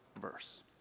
verse